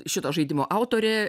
šito žaidimo autorė